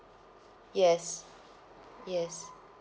yes yes